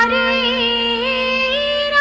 a